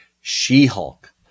She-Hulk